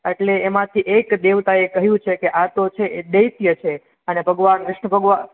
એટલે એમાંથી એક દેવતાએ કહ્યું છેકે આતો છે એ દૈત્ય છે અને ભગવાન વિષ્ણુ ભગવા